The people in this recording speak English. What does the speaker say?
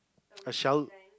a shell